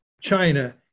China